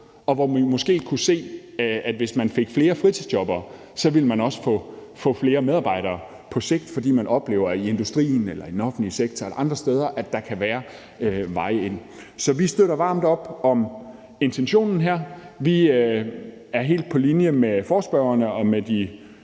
og hvor man måske kunne se, at hvis man fik flere fritidsjobbere, ville man også få flere medarbejdere på sigt, fordi man oplever, at der i industrien eller i den offentlige sektor eller andre steder kan være veje ind. Så vi støtter varmt op om intentionen her. Vi er helt på linje med forespørgerne og de